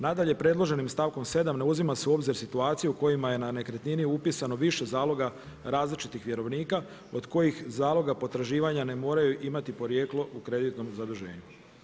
Nadalje, predloženim stavkom 7. ne uzim se u obzir situacija u kojima je na nekretnini upisano više zaloga različitih vjerovnika od kojih zaloga potraživanja ne moraju imati podrijetlo u kreditnom zaduženju.